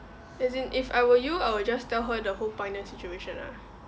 as in if I were you I would just tell her the whole pioneer situation ah